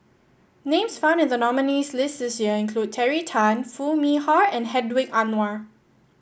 names found in the nominees' list this year include Terry Tan Foo Mee Har and Hedwig Anuar